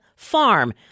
Farm